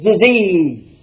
disease